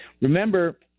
Remember